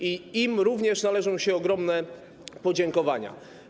Im również należą się ogromne podziękowania.